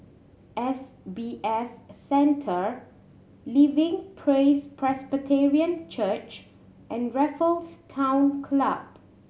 S B F Center Living Praise Presbyterian Church and Raffles Town Club